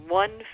one